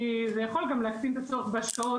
כי זה יכול להקטין גם בשעות,